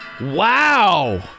Wow